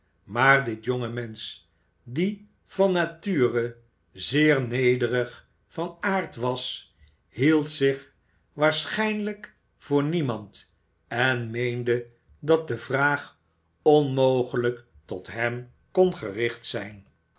maar dit jonge mensen die van nature zeer nederig van aard was hield zich waarschijnlijk voor niemand en meende dat de vraag onmogelijk tot hem kon gericht zijn